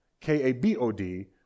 K-A-B-O-D